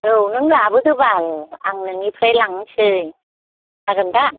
औ नों लाबोदो बाल आं नोंनिफ्राय लांसै जागोनदा